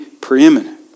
preeminent